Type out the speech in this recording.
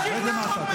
רד למטה.